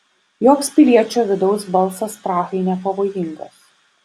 joks piliečio vidaus balsas prahai nepavojingas